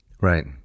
Right